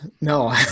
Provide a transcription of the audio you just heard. no